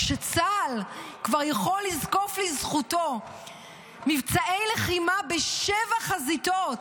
כשצה"ל כבר יכול לזקוף לזכותו מבצעי לחימה בשבע חזיתות,